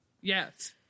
yes